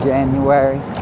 January